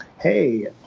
hey